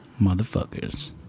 Motherfuckers